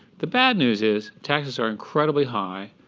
the bad news is taxes are incredibly high,